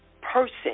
person